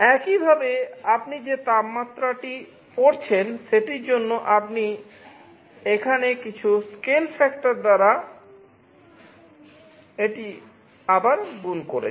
একইভাবে আপনি যে তাপমাত্রাটি পড়ছেন সেটির জন্য আপনি এখানে কিছু স্কেল ফ্যাক্টর দ্বারা এটি আবার গুণ করছেন